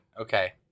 Okay